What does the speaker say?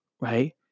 Right